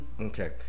Okay